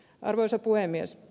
arvoisa puhemies